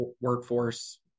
workforce